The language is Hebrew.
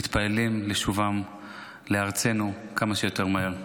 מתפללים לשובם לארצנו כמה שיותר מהר.